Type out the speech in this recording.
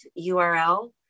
URL